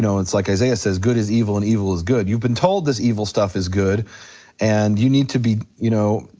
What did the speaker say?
it's like isaiah says, good is evil and evil is good, you've been told this evil stuff is good and you need to be, you know.